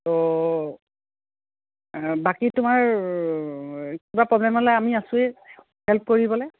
ত' বাকী তোমাৰ কিবা প্ৰব্লেম হ'লে আমি আছোৱেই হেল্প কৰিবলৈ